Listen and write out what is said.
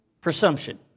Presumption